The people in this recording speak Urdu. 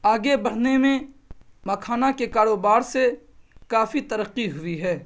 آگے بڑھنے میں مکھانا کے کاروبار سے کافی ترقّی ہوئی ہے